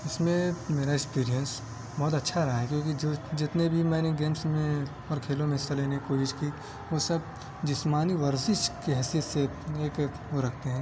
اس میں میرا ایکسپیریئنس بہت اچھا رہا ہے کیونکہ جو جتنے بھی میں نے گیمس میں اور کھیلوں میں حصہ لینے کی کوشش کی وہ سب جسمانی ورزش کی حیثیت سے ایک وہ رکھتے ہیں